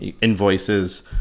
invoices